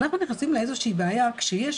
אנחנו נכנסים לאיזו שהיא בעיה כשיש